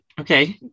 okay